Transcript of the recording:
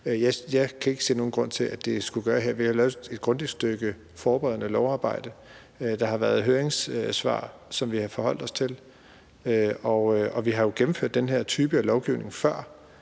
Jeg kan ikke se nogen grund til, at vi skulle gøre det her. Vi har lavet et grundigt stykke forberedende lovarbejde. Der har været høringssvar, som vi har forholdt os til. Og vi har jo gennemført den her type af lovgivning før,